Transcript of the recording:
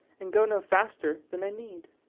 and go no faster than i need.